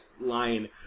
line